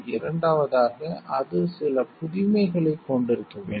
இரண்டாவதாக அது சில புதுமைகளைக் கொண்டிருக்க வேண்டும்